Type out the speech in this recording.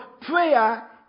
prayer